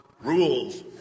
rules